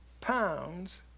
pounds